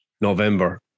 November